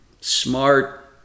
smart